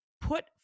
put